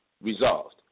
resolved